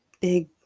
big